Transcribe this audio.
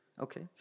okay